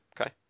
okay